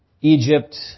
Egypt